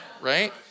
Right